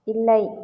இல்லை